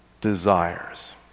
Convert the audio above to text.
desires